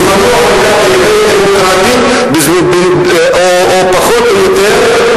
בזמנו היתה באמת דמוקרטית או פחות או יותר,